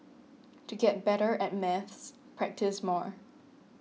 to get better at maths practise more